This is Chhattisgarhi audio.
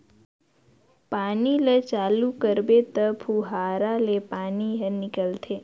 पानी ल चालू करबे त फुहारा ले पानी हर निकलथे